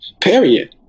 period